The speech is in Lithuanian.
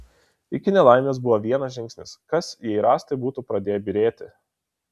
iki nelaimės buvo vienas žingsnis kas jei rąstai būtų pradėję byrėti